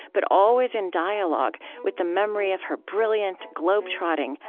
but always in dialogue with the memory of her brilliant, globe-trotting,